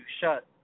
shut